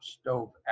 stove